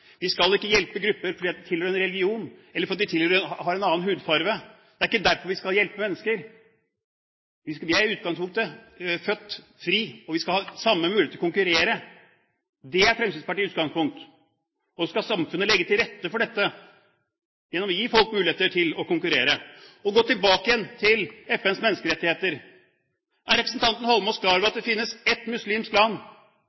Vi skal ikke hjelpe grupper fordi de tilhører en religion eller fordi de har en annen hudfarge. Det er ikke derfor vi skal hjelpe mennesker. Vi er i utgangspunktet født frie, og vi skal ha samme mulighet til å konkurrere. Det er Fremskrittspartiets utgangspunkt, og så skal samfunnet legge til rette for dette gjennom å gi folk mulighet til å konkurrere. Tilbake igjen til FNs menneskerettigheter: Er representanten Holmås